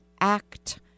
act